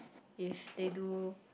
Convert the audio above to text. if they do